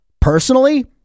personally